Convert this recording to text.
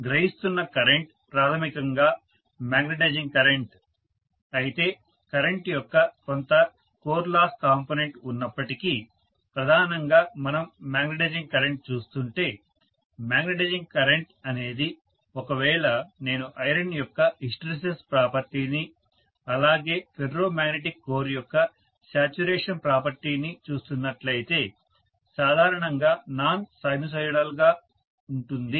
గ్రహిస్తున్న current ప్రాథమికంగా magnetising current అయితే current యొక్క కొంత కోర్ లాస్ కాంపోనెంట్ ఉన్నప్పటికీ ప్రధానంగా మనం మాగ్నెటైజింగ్ కరెంట్ చూస్తుంటే మాగ్నెటైజింగ్ కరెంట్ అనేది ఒకవేళ నేను ఐరన్ యొక్క హిస్టెరిసిస్ ప్రాపర్టీని అలాగే ఫెర్రో మాగ్నెటిక్ కోర్ యొక్క శాచ్యురేషన్ ప్రాపర్టీని చూస్తున్నట్లయితే సాధారణంగా నాన్ సైనుసోయిడల్ గా వుంటుంది